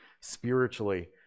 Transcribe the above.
Spiritually